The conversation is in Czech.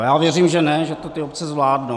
A já věřím, že ne, že to ty obce zvládnou.